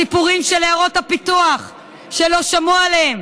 הסיפורים של עיירות הפיתוח שלא שמעו עליהם